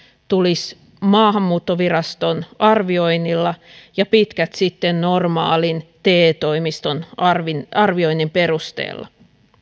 tulisivat maahanmuuttoviraston arvioinnilla ja pitkät sitten normaalin te toimiston arvioinnin arvioinnin perusteella